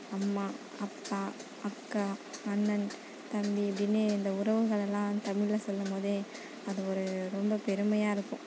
அம்மா அப்பா அக்கா அண்ணன் தம்பி அப்படின்னு இந்த உறவுகளெல்லாம் தமிழில் சொல்லும் போதே அது ஒரு ரொம்ப பெருமையாயிருக்கும்